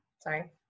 sorry